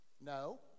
No